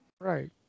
Right